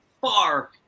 far